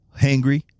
hangry